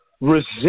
resist